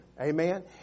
Amen